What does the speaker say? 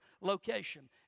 location